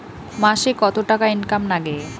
মাসে কত টাকা ইনকাম নাগে?